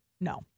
No